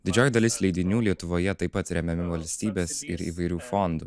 didžioji dalis leidinių lietuvoje taip pat remiami valstybės ir įvairių fondų